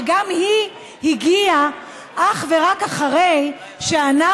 שגם היא הגיעה אך ורק אחרי שאנחנו,